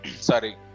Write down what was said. sorry